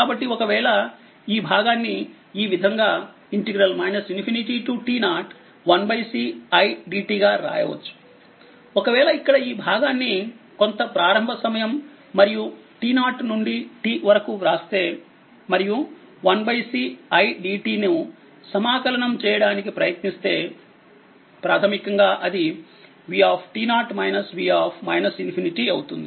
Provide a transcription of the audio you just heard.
కాబట్టి ఒకవేళ ఈ భాగాన్ని ఈ విధంగా ∞t01Ci dt గా వ్రాయవచ్చు ఒకవేళ ఇక్కడ ఈ భాగాన్ని కొంత ప్రారంభ సమయం ఇనీషియల్ సమయం మరియు t0నుండి t వరకువ్రాస్తే మరియు1Ci dt ను సమాకలనం ఇంటిగ్రేట్ చేయడానికి ప్రయత్నిస్తే ప్రాథమికంగా అది v - v ∞ అవుతుంది